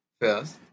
First